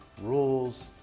rules